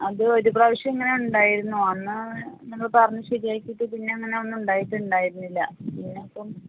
അത് ഒരു പ്രാവശ്യം ഇങ്ങനെ ഉണ്ടായിരുന്നു അന്ന് ഞങ്ങൾ പറഞ്ഞ് ശരിയാക്കിയിട്ട് പിന്നെ അങ്ങനെ ഒന്നും ഉണ്ടായിട്ടുണ്ടായിരുന്നില്ല പിന്നെ ഇപ്പം